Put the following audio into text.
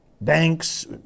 Banks